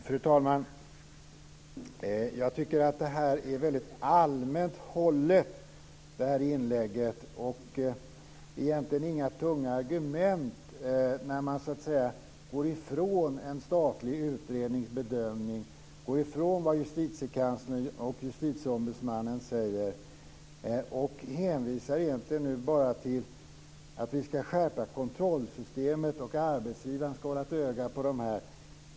Fru talman! Jag tycker att inlägget var väldigt allmänt hållet. Det är inga tunga argument för att man bortser från en statlig utrednings bedömning och vad Justitiekanslern och Justitieombudsmannen säger. Man hänvisar egentligen nu bara till att vi ska skärpa kontrollsystemet och att arbetsgivaren ska hålla ett öga på det här.